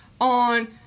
on